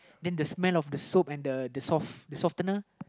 then the smell of the soap and the the softener